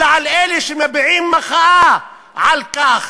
אלא על אלה שמביעים מחאה על כך.